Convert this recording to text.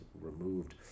removed